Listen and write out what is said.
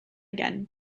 again